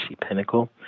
Pinnacle